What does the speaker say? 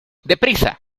deprisa